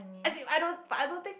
as if I don't but I don't think